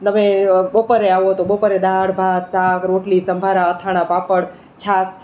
તમે બપોરે આવો તો બપોરે દાળ ભાત શાક રોટલી સંભારા અથાણાં પાપડ છાશ